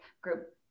Group